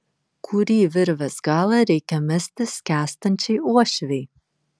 kurį virvės galą reikia mesti skęstančiai uošvei